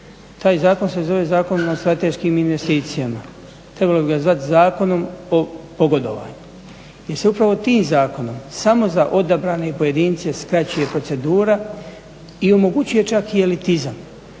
Taj zakon se zove Zakon o strateškim investicijama, trebalo bi ga zvati zakonom o pogodovanju jer se upravo tim zakonom samo za odabrane pojedince skraćuje procedura i omogućuje čak i elitizam.